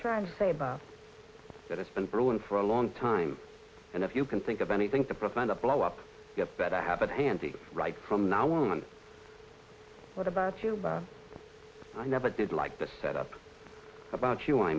trying to say about that it's been brewing for a long time and if you can think of anything to prevent a blow up bed i have it handy right from now on what about you but i never did like the set up about you i